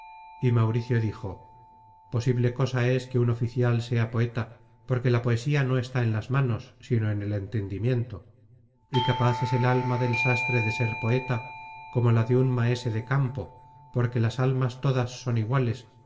y mauricio dijo posible cosa es que un oficial sea poeta porque la poesía no está en las manos sino en el entendimiento y tan capaz es el alma del sastre para ser poeta como la de un maese de campo porque las almas todas son iguales